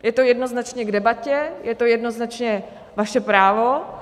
Je to jednoznačně k debatě, je to jednoznačně vaše právo.